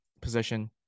position